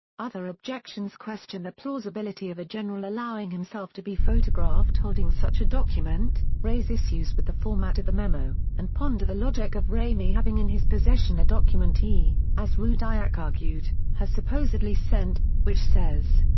other objections question the plausibility of a general allowing himself to be photographed holding such a document, raise issues with the format of the memo, and ponder the logic of ramey having in his possession a document he, as rudiak argued, has supposedly sent, which says.